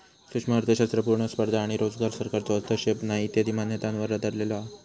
सूक्ष्म अर्थशास्त्र पुर्ण स्पर्धा आणो रोजगार, सरकारचो हस्तक्षेप नाही इत्यादी मान्यतांवर आधरलेलो हा